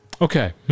Okay